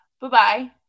Bye-bye